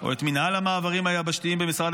או את מינהל המעברים היבשתיים במשרד